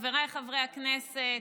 חבריי חברי הכנסת,